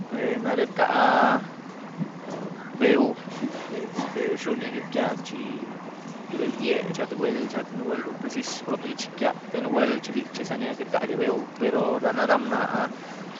naré rcá beu, este, rzhunyia gyiec´ia bel idié chi cháh tïé gwuel nugwuel run precizy bró ichgyiec´ia, té nugwuel chi bichizaní queity rcadia beu, pero rana ra mna áh